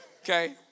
Okay